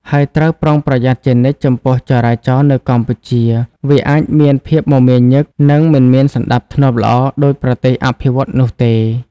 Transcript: ហើយត្រូវប្រុងប្រយ័ត្នជានិច្ច ចំពោះចរាចរណ៍នៅកម្ពុជា វាអាចមានភាពមមាញឹកនិងមិនមានសណ្តាប់ធ្នាប់ល្អដូចប្រទេសអភិវឌ្ឍន៍នោះទេ។